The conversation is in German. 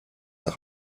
auch